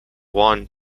one